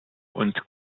und